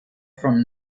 from